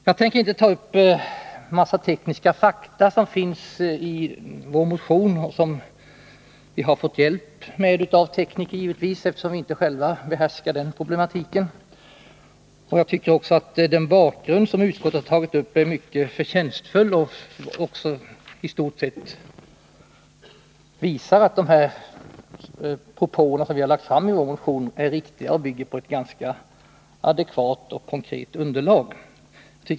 Jag tänker inte ta upp den mängd tekniska fakta som finns i vår motion — fakta som vi givetvis har fått hjälp med av tekniker, eftersom vi inte själva behärskar den problematiken. Men jag tycker att utskottet på ett förtjänstfullt sätt har skisserat bakgrunden till den aktuella frågan. Och denna bakgrund visar i stort sett att de propåer som vi för fram i vår motion är riktiga och bygger på ett ganska adekvat och konkret underlag.